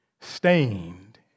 stained